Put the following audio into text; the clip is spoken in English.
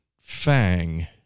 FANG